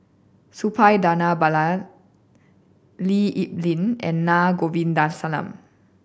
Suppiah Dhanabalan Lee Kip Lin and Na Govindasamy